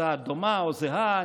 הצעה דומה או זהה,